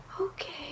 Okay